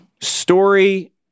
story